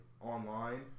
online